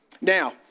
Now